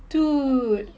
dude